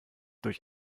durch